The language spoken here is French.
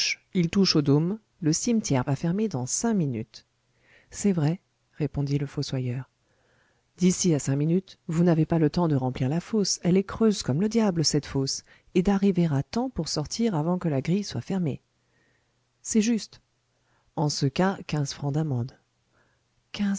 il touche au dôme le cimetière va fermer dans cinq minutes c'est vrai répondit le fossoyeur d'ici à cinq minutes vous n'avez pas le temps de remplir la fosse elle est creuse comme le diable cette fosse et d'arriver à temps pour sortir avant que la grille soit fermée c'est juste en ce cas quinze francs d'amende quinze